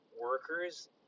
workers